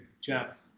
Jeff